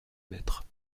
mètres